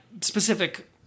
specific